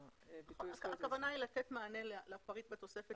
הכוונה היא לתת מענה לפריט בתוספת.